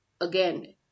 again